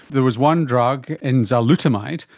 there was one drug, enzalutamide,